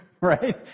Right